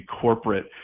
corporate